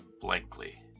blankly